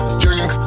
drink